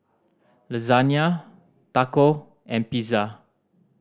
Lasagna Taco and Pizza